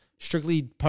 Strictly